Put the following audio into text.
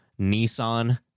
Nissan